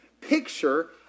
picture